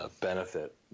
benefit